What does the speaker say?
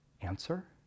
Answer